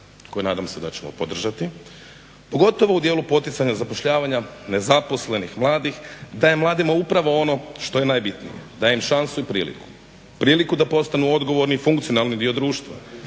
koji nadam se da ćemo podržati, pogotovo u dijelu poticanja zapošljavanja nezaposlenih mladih daje mladima upravo ono što je najbitnije, daje im šansu i priliku. Priliku da postanu odgovorni i funkcionalni dio društva,